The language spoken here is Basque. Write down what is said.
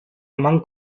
eman